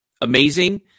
amazing